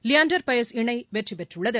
லியாண்டர் பயஸ் இணை வெற்றி பெற்றுள்ளது